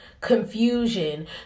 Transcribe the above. confusion